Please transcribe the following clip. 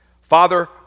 Father